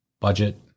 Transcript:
budget